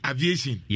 Aviation